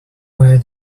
where